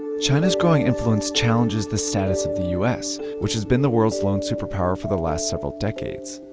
china's growing influence challenges the status of the us, which has been the world's lone super-power for the last several decades.